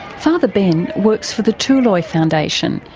father ben works for the tuloy foundation,